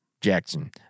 Jackson